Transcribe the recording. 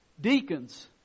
Deacons